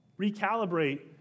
Recalibrate